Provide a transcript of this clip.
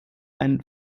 ein